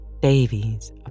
Davies